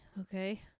Okay